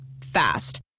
Fast